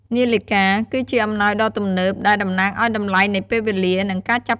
នាឡិកា គឺជាអំណោយដ៏ទំនើប ដែលតំណាងឱ្យតម្លៃនៃពេលវេលា និងការចាប់ផ្តើមនៃជំពូកថ្មី។